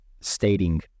stating